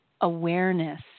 awareness